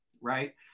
Right